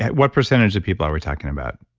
what percentage of people are we talking about?